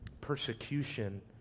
persecution